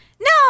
No